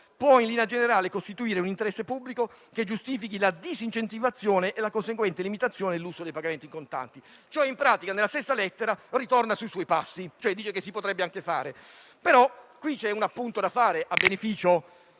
«può, in linea generale, costituire un "interesse pubblico" che giustifichi la disincentivazione e la conseguente limitazione dell'uso dei pagamenti in contanti». In pratica, nella stessa lettera ritorna sui suoi passi, cioè dice che si potrebbe anche fare. Però qui c'è un appunto da fare a beneficio